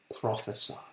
prophesy